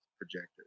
projector